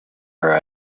her